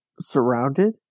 surrounded